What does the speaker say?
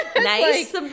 nice